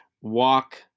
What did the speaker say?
Walk